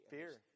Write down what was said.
fear